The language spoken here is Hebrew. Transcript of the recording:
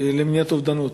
למניעת אובדנות,